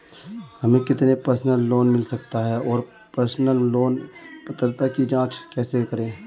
हमें कितना personal loan मिल सकता है और पर्सनल लोन पात्रता की जांच कैसे करें?